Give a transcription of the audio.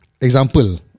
example